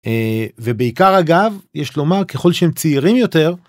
ובעיקר אגב יש לומר ככל שהם צעירים יותר.